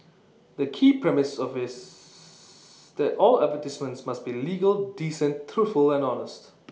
the key premise of is that all advertisements must be legal decent truthful and honest